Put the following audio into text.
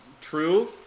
true